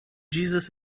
jesus